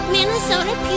Minnesota